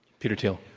peter thiel.